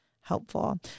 helpful